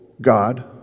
God